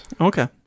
Okay